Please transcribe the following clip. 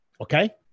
Okay